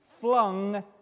flung